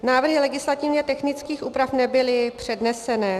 Návrhy legislativně technických úprav nebyly předneseny.